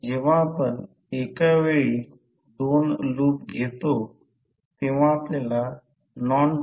तर या प्रकरणात ही फ्लक्सची दिशा आहे आणि हे N टर्न आहे